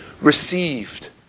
received